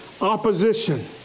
opposition